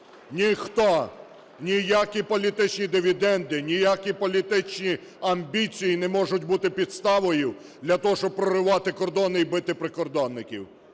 Ніхто, ніякі політичні дивіденди, ніякі політичні амбіції не можуть бути підставою для того, щоб проривати кордони і бити прикордонників